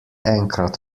enkrat